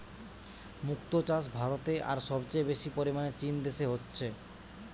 মুক্তো চাষ ভারতে আর সবচেয়ে বেশি পরিমাণে চীন দেশে হচ্ছে